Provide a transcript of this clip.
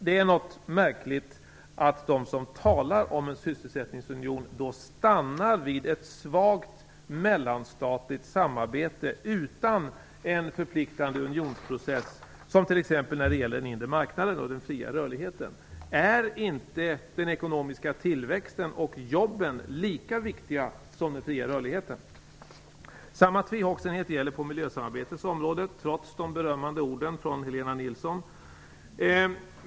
Det är något märkligt att de som talar om en sysselsättningsunion stannar vid ett svagt mellanstatligt samarbete utan en förpliktande unionsprocess som när det t.ex. gäller den inre marknaden och den fria rörligheten. Är inte den ekonomiska tillväxten och jobben lika viktiga som den fria rörligheten? Samma tvehågsenhet gäller på miljösamarbetets område, trots de berömmande orden från Helena Nilsson.